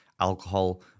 alcohol